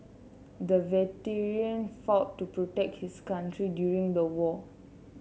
the veteran fought to protect his country during the war